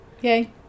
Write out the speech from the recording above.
yay